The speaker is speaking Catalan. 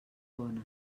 bona